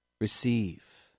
receive